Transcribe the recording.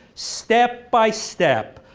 step by step,